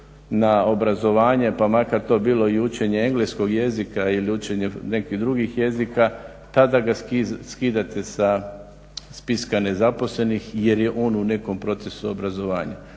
na obrazovanje pa makar to bilo i učenje engleskog jezika ili učenje nekih drugih jezika tada ga skidate s spiska nezaposlenih jer je on u nekom procesu obrazovanja.